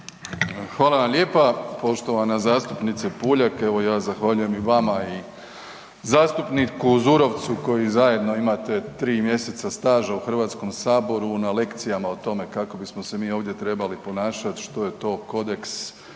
Hvala vam lijepa poštovana zastupnice Puljak, evo ja zahvaljujem i vama i zastupniku Zurovcu koji zajedno imate 3 mjeseca staža u HS na lekcijama o tome kako bismo se mi ovdje trebali ponašat, što je to kodeks